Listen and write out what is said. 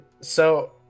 so-